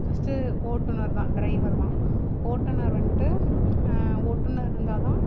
first ஓட்டுநர் தான் driver தான் ஓட்டுநர் வந்துட்டு ஓட்டுநர் இருந்தால் தான்